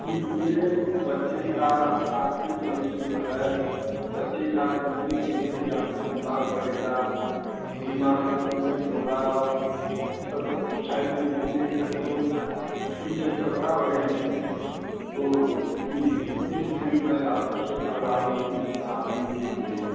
इसमें बच्चे का आपके भविष्य जो है बच्चे का घूमने फिरने से आपके दिमाग बढ़ेगा दिमाग के प्रूमेंट होगा और सब सारी चीजें देखकर के ओ उसकी चंचलता बढ़ेगी तो ई इसलिए मैं आपसे कह रहा हूँ कि आप भी उसको दें